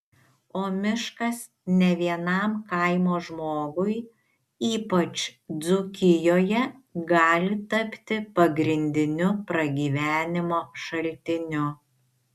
o miškas ne vienam kaimo žmogui ypač dzūkijoje gali tapti pagrindiniu pragyvenimo šaltiniu